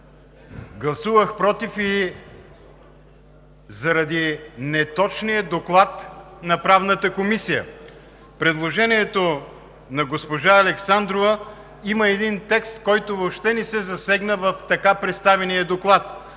Гласувах „против“ и заради неточния доклад на Правната комисия. В предложението на госпожа Александрова има текст, който въобще не се засегна в така представения доклад